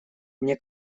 мне